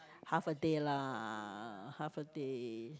half a day lah half a day